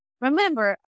Remember